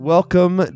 Welcome